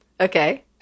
Okay